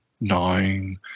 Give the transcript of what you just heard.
nine